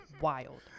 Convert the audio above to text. Wild